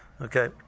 Okay